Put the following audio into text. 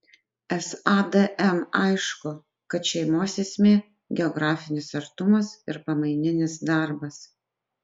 sadm aišku kad šeimos esmė geografinis artumas ir pamaininis darbas